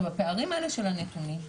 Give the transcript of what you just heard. הפערים האלה של הנתונים,